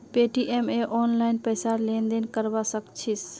Paytm स online पैसार लेन देन करवा सक छिस